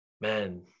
Man